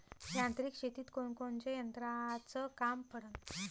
यांत्रिक शेतीत कोनकोनच्या यंत्राचं काम पडन?